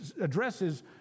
addresses